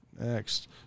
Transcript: next